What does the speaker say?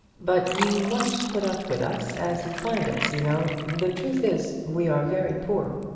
but you must put up with us as you find us, you know. the truth is we are very poor.